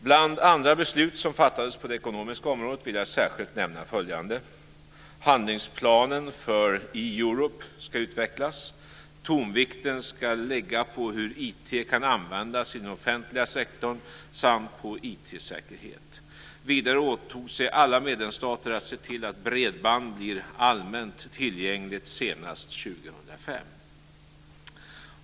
Bland andra beslut som fattades på det ekonomiska området vill jag särskilt nämna följande: Tonvikten ska ligga på hur IT kan användas i den offentliga sektorn samt på IT-säkerhet. Vidare åtog sig alla medlemsstater att se till att bredband blir allmänt tillgängligt senast 2005.